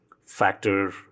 factor